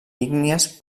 ígnies